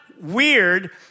weird